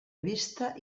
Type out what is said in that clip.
vista